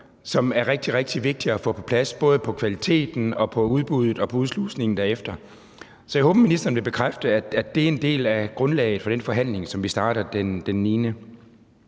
rigtig, rigtig vigtige at få på plads både på kvaliteten og på udbuddet og på udslusningen derefter. Så jeg håber, at ministeren vil bekræfte, at det er en del af grundlaget for den forhandling, som vi starter den 9.